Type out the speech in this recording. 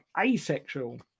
asexual